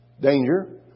danger